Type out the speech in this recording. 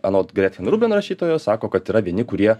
anot grefen ruben rašytojo sako kad yra vieni kurie